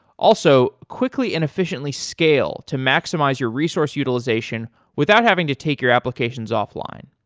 also, quickly and efficiently scale to maximize your resource utilization without having to take your applications off-line.